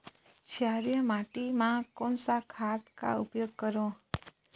क्षारीय माटी मा कोन सा खाद का उपयोग करों?